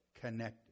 connected